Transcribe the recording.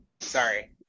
Sorry